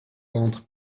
ventre